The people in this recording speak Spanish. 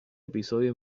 episodio